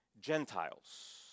Gentiles